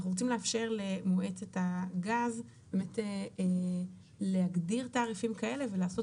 אנחנו רוצים לאפשר למועצת הגז להגדיר תעריפים כאלה ולעשות